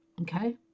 okay